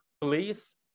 Please